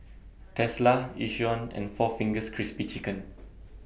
Tesla Yishion and four Fingers Crispy Chicken